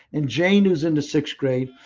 and jane who is in the sixth grade,